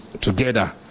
together